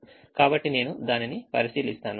కాబట్టి నేను దానిని పరిశీలిస్తాను